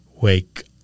Wake